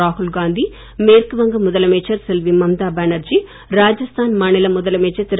ராகுல் காந்தி மேற்கு வங்க முதலமைச்சர் செல்வி மம்தா பானர்ஜி ராஜஸ்தான் மாநில முதலமைச்சர் திரு